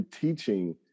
teaching